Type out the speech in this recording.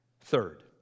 Third